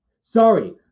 Sorry